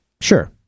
Sure